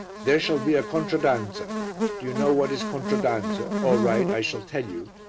there shall be a contraddanza did you know what is contraddanza? all right, i shall tell you.